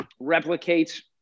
replicates